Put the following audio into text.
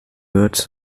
words